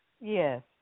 Yes